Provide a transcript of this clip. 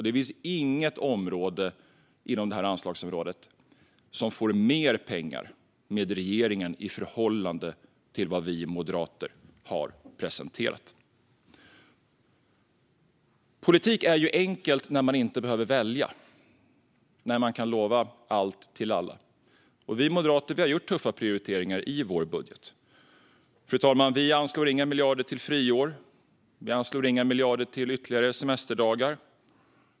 Det finns inget område inom detta anslagsområde som får mer pengar med regeringen i förhållande till vad vi moderater har presenterat. Politik är ju enkelt när man inte behöver välja, när man kan lova allt till alla. Vi moderater har gjort tuffa prioriteringar i vår budget. Fru talman! Vi anslår inga miljarder till friår. Vi anslår inga miljarder till ytterligare semesterdagar.